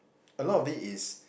a lot of it is